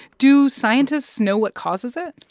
do scientists know what causes it?